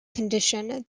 condition